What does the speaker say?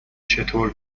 چطور